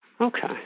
Okay